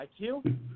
IQ